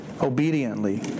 obediently